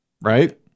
Right